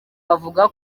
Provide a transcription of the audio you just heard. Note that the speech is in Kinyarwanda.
bavuga